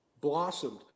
blossomed